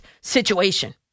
situation